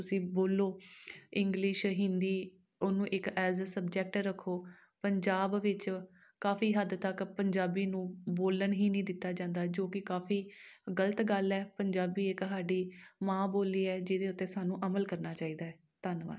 ਤੁਸੀਂ ਬੋਲੋ ਇੰਗਲਿਸ਼ ਹਿੰਦੀ ਉਹਨੂੰ ਇੱਕ ਐਜ ਅ ਸਬਜੈਕਟ ਰੱਖੋ ਪੰਜਾਬ ਵਿੱਚ ਕਾਫੀ ਹੱਦ ਤੱਕ ਪੰਜਾਬੀ ਨੂੰ ਬੋਲਣ ਹੀ ਨਹੀਂ ਦਿੱਤਾ ਜਾਂਦਾ ਜੋ ਕਿ ਕਾਫ਼ੀ ਗਲਤ ਗੱਲ ਹੈ ਪੰਜਾਬੀ ਇੱਕ ਸਾਡੀ ਮਾਂ ਬੋਲੀ ਹੈ ਜਿਹਦੇ ਉੱਤੇ ਸਾਨੂੰ ਅਮਲ ਕਰਨਾ ਚਾਹੀਦਾ ਹੈ ਧੰਨਵਾਦ